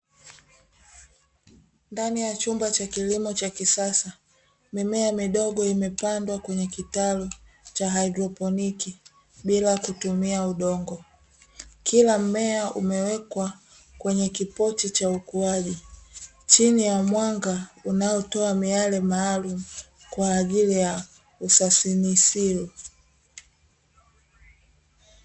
Ndani ya chumba cha kilimo cha kisasa mimea midogo imepandwa kwenye kitalu cha haidroponiki bila kutumia udongo, kila mmea umewekwa kwenye kipochi cha ukuwaji chini ya mwanga unaotoa miale maalum kwa ajili ya usasinisiro.